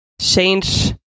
change